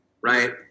right